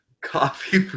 Coffee